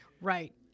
Right